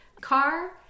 car